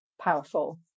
Powerful